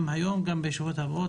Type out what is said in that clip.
גם היום וגם בישיבות הבאות,